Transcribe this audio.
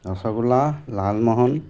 rasgulla Lalmohan